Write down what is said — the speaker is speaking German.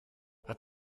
hat